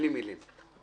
זה מגיע לבתים